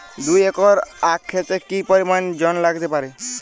দুই একর আক ক্ষেতে কি পরিমান জল লাগতে পারে?